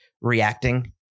reacting